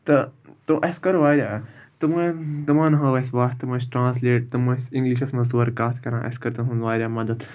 تہٕ اَسہِ کٔر واریاہ تِمَن تِمَن ہٲو اَسہِ وَتھ تِم ٲسۍ ٹرٛانسلیٹ تِم ٲسۍ اِنٛگلِشَس منٛز تورٕ کَتھ کَران اَسہِ کٔر تِہُنٛد واریاہ مَدد